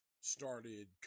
started